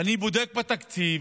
ואני בודק בתקציב,